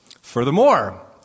Furthermore